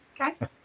Okay